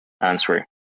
answer